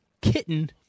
kitten